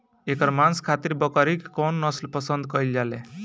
एकर मांस खातिर बकरी के कौन नस्ल पसंद कईल जाले?